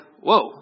whoa